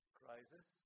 crisis